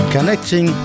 Connecting